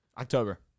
October